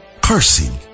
cursing